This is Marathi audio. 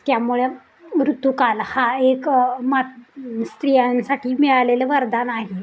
त्यामुळे ऋतुकाल हा एक मात स्त्रियांसाठी मिळालेलं वरदान आहे